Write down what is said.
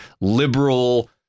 liberal